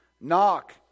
Knock